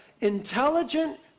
intelligent